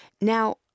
Now